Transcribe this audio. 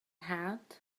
hat